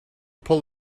pull